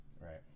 Right